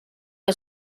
què